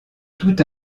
toute